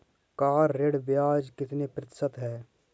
Car ऋण पर ब्याज कितने प्रतिशत है?